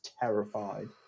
terrified